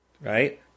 Right